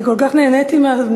אני כל כך נהניתי מהדיון,